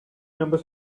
numbers